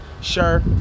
Sure